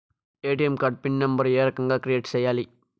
ATM card PIN number ఏ రకంగా create సేయాలి